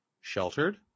sheltered